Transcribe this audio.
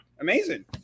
amazing